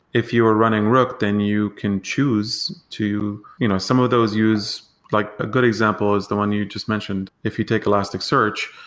if you are running rook, then you can choose to you know some of those use like a good example is the one you just mentioned. if you take elasticsearch,